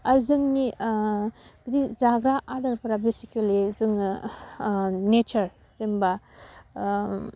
आरोजोंनि जे जाग्रा आदारफोरा बेसिकेलि जोङो नेसार जेनबा